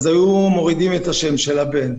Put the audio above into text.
היו מורידים את השם של הבן.